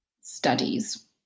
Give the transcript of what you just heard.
studies